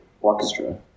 orchestra